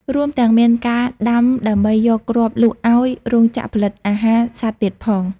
រួមទាំងមានការដាំដើម្បីយកគ្រាប់លក់ឱ្យ រោងចក្រផលិតអាហារ សត្វទៀតផង។